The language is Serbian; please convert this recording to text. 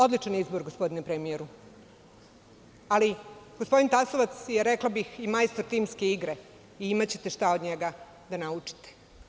Odličan izbor gospodine premijeru, ali gospodin Tasovac je rekla bih i majstor timske igre i imaćete šta od njega da naučite.